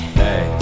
hey